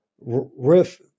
riff